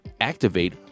activate